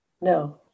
no